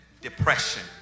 Depression